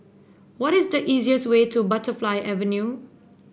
what is the easiest way to Butterfly Avenue